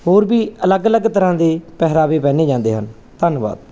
ਹੋਰ ਵੀ ਅਲੱਗ ਅਲੱਗ ਤਰ੍ਹਾਂ ਦੇ ਪਹਿਰਾਵੇ ਪਹਿਨੇ ਜਾਂਦੇ ਹਨ ਧੰਨਵਾਦ